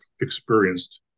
experienced